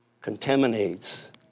contaminates